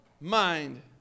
mind